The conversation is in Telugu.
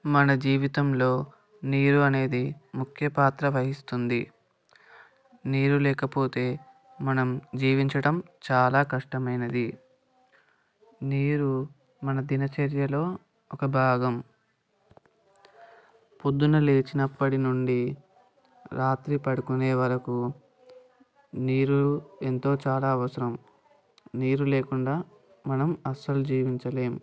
మన జీవితంలో నీరు అనేది ముఖ్యపాత్ర వహిస్తుంది నీరు లేకపోతే మనం జీవించడం చాలా కష్టమైనది నీరు మన దినచర్యలో ఒక భాగం ప్రొద్దున లేచినప్పటి నుండి రాత్రి పడుకునే వరకు నీరు ఎంతో చాలా అవసరం నీరు లేకుండా మనం అస్సలు జీవించలేము